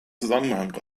zusammenhang